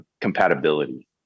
compatibility